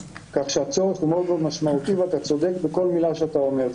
כך שהצורך הוא מאוד מאוד משמעותי ואתה צודק בכל מילה שאתה אומר,